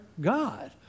God